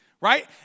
right